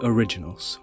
Originals